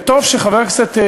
וטוב שחבר הכנסת,